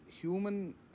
human